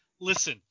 listen